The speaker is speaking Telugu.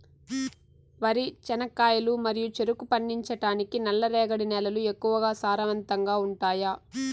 వరి, చెనక్కాయలు మరియు చెరుకు పండించటానికి నల్లరేగడి నేలలు ఎక్కువగా సారవంతంగా ఉంటాయా?